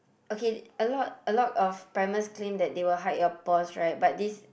okay a lot a lot of primers claims that they will hide your pores right but this